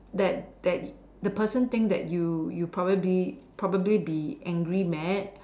that that the person think that you you probably probably be angry mad